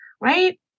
Right